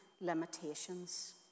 limitations